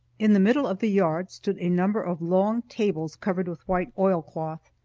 in the middle of the yard stood a number of long tables covered with white oilcloth.